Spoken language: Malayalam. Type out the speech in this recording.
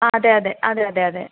അതെ അതെ അതെ അതെ അതെ